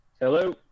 hello